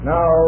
Now